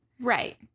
Right